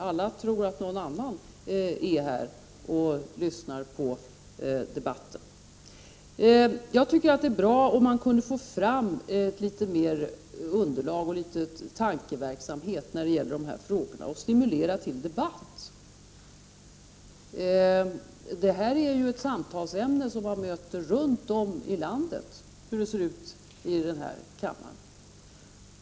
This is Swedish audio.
Alla litar på att någon annan är här och lyssnar på debatten. Det vore bra om man kunde få fram ett bättre underlag och om det kunde bli litet mer av tankeverksamhet i dessa frågor. Det gäller ju att stimulera till debatt. Frågan om förhållandena här i kammaren är ett samtalsämne som man stöter på runt om i landet.